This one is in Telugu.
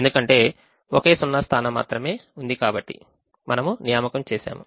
ఎందుకంటే ఒకే సున్నా స్థానం మాత్రమే ఉంది కాబట్టి మనము నియామకం చేశాము